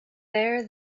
there